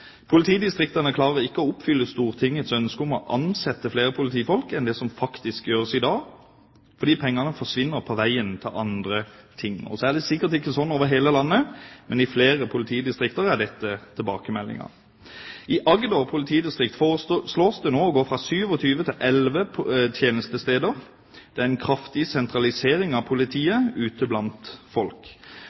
Politidistriktene klarer ikke å oppfylle Stortingets ønske om å ansette flere politifolk enn det som faktisk gjøres i dag, fordi pengene forsvinner til andre ting på veien. Det er sikkert ikke slik over hele landet, men i flere politidistrikter er dette tilbakemeldingen. I Agder politidistrikt foreslås det nå å gå fra 27 til elleve tjenestesteder. Det er en kraftig sentralisering av politiet ute blant folk.